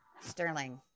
Sterling